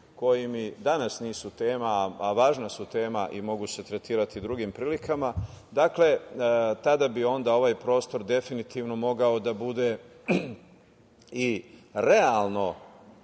koji danas nisu tema, a važna su tema i mogu se tretirati drugim prilikama, dakle tada bi onda ovaj prostor definitivno mogao da bude i realno